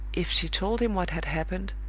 if she told him what had happened,